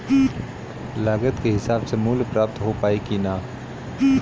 लागत के हिसाब से मूल्य प्राप्त हो पायी की ना?